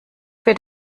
wird